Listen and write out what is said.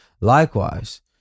Likewise